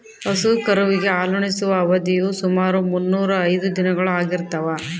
ಹಸು ಕರುವಿಗೆ ಹಾಲುಣಿಸುವ ಅವಧಿಯು ಸುಮಾರು ಮುನ್ನೂರಾ ಐದು ದಿನಗಳು ಆಗಿರ್ತದ